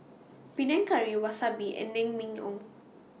Panang Curry Wasabi and Naengmyeon